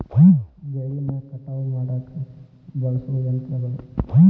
ಬೆಳಿನ ಕಟಾವ ಮಾಡಾಕ ಬಳಸು ಯಂತ್ರಗಳು